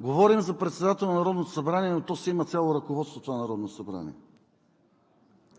говорим за председател на Народното събрание, но то си има цяло ръководство това Народно събрание.